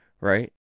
right